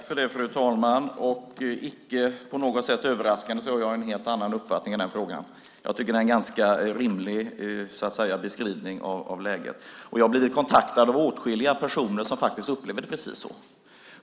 Fru talman! Icke på något sätt överraskande har jag en helt annan uppfattning i den frågan. Jag tycker att det är en rimlig beskrivning av läget. Jag har blivit kontaktad av åtskilliga personer som upplever det så.